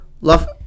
Love